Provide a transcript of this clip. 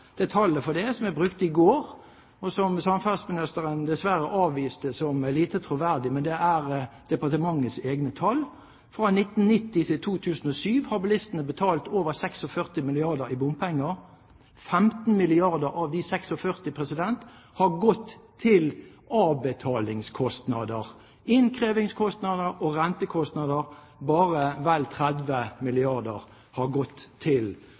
som jeg anga i går, og som samferdselsministeren dessverre avviste som lite troverdig – men det er departementets egne tall: Fra 1990 til 2007 har bilistene betalt over 46 milliarder kr i bompenger. 15 av de 46 milliardene har gått med til avbetalingskostnader, innkrevingskostnader og rentekostnader. Bare vel 30 milliarder kr har gått til